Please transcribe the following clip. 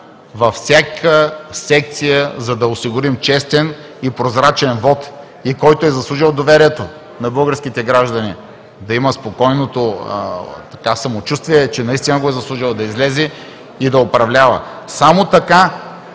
във всяка секция, за да осигурим честен и прозрачен вот и, който е заслужил доверието на българските граждани, да има спокойното самочувствие, че наистина го е заслужил, да излезе и да управлява. Само така